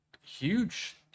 huge